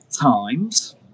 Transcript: times